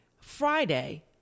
Friday